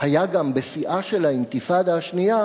היה גם בשיאה של האינתיפאדה השנייה,